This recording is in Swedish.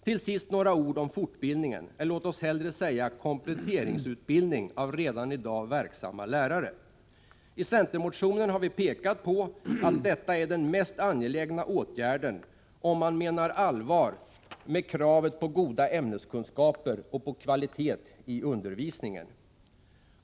Till sist några ord om fortbildningen, eller låt oss hellre säga kompletteringsutbildningen av redan i dag verksamma lärare. I centermotionen har vi pekat på att den åtgärden är den mest angelägna, om man menar allvar med kravet på goda ämneskunskper och på kvalitet i undervisningen.